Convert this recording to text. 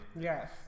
Yes